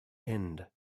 end